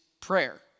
prayer